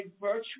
virtual